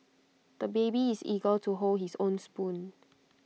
the baby is eager to hold his own spoon